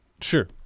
Sure